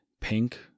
pink